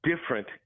different